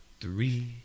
three